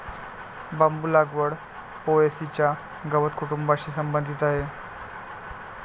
बांबू लागवड पो.ए.सी च्या गवत कुटुंबाशी संबंधित आहे